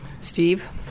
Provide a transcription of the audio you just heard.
steve